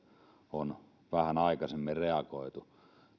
on vähän aikaisemmin reagoitu